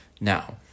Now